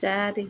ଚାରି